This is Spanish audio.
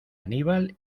aníbal